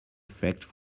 effect